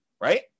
right